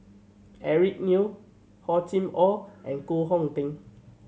Eric Neo Hor Chim Or and Koh Hong Teng